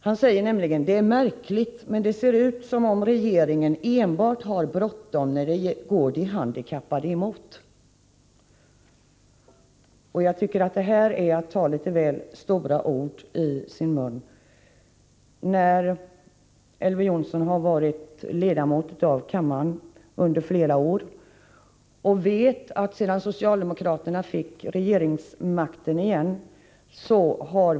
Han sade nämligen: ”Det är märkligt, men det ser ut som om regeringen enbart har bråttom när det går de handikappade emot.” Jag tycker att detta är att ta litet väl stora ord i sin mun, Elver Jonsson har varit ledamot av kammaren under flera år och vet att socialdemokraterna sedan de på nytt fick regeringsmakten har vidtagit en rad åtgärder.